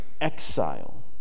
exile